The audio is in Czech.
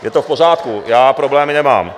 Je to v pořádku, já problémy nemám.